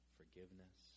forgiveness